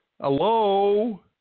Hello